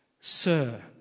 Sir